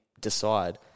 decide